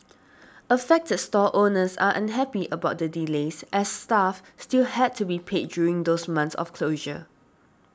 affected stall owners are unhappy about the delays as staff still had to be paid during those months of closure